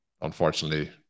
unfortunately